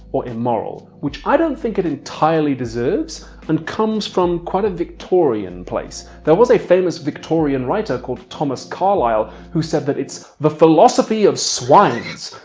or immoral which i don't think it entirely deserves and comes from quite a victorian place. there was a famous victorian writer called thomas carlyle who said that it's, the philosophy of swines,